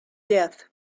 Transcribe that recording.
death